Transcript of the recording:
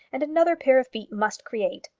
and another pair of feet must create.